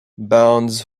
bands